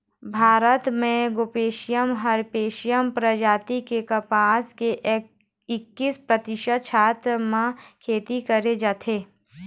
भारत म gossypium herbaceum परजाति के कपसा के एक्कीस परतिसत छेत्र म खेती करे जाथे